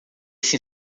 esse